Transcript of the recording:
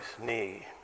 knee